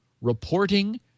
reporting